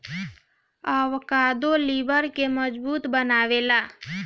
avocado लिबर के मजबूत बनावेला